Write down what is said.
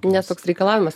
nes toks reikalavimas